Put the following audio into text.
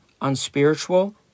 unspiritual